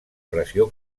pressió